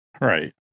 Right